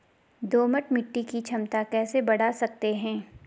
दोमट मिट्टी की क्षमता कैसे बड़ा सकते हैं?